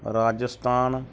Rajasthan